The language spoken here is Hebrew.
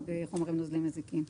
בתקנות הנמלים (חומרים נוזליים מזיקים).